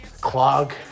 clog